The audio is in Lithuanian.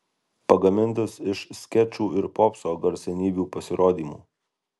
pagamintas iš skečų ir popso garsenybių pasirodymų